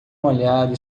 molhado